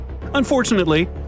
Unfortunately